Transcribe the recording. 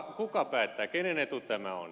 kuka päättää kenen etu tämä on